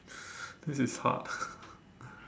this is hard